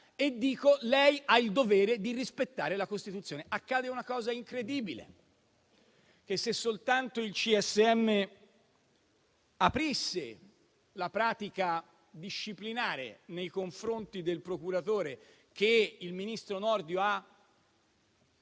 e dico che lei ha il dovere di rispettare la Costituzione. Accade una cosa incredibile, che se soltanto il Consiglio superiore della magistratura aprisse la pratica disciplinare nei confronti del procuratore che il ministro Nordio ha